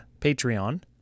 Patreon